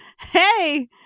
hey